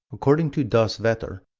according to das wetter,